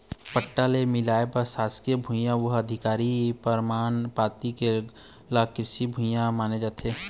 पट्टा म मिलइया सासकीय भुइयां, वन अधिकार परमान पाती ल कृषि भूइया माने जाही